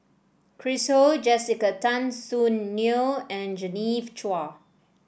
Chris Ho Jessica Tan Soon Neo and Genevieve Chua